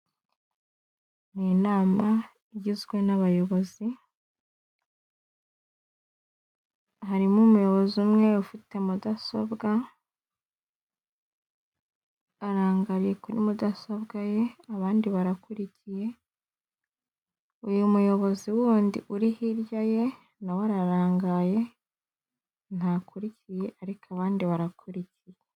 Ni inama igizwe n'abayobozi harimo umuyobozi umwe ufite mudasobwa arangariye kuri mudasobwa ye abandi barakurikiye, uyu muyobozi wundi uri hirya ye nawe ararangaye ntakurikiye ariko abandi barakurikiye.